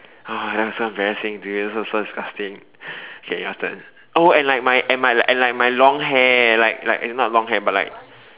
oh that was so embarrassing to me it was so disgusting okay your turn oh like my and like my long hair like like it's not long hair but like